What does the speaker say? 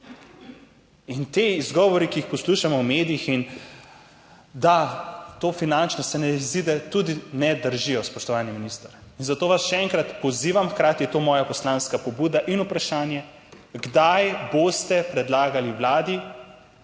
Ti izgovori, ki jih poslušamo v medijih, da se to finančno ne izide, tudi ne držijo, spoštovani minister. Zato vas še enkrat pozivam, hkrati je to moja poslanska pobuda in vprašanje, kdaj boste predlagali Vladi.